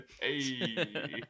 Hey